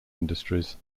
industries